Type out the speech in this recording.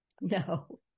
No